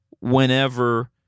whenever